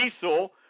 Diesel